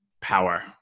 power